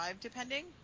depending